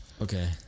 Okay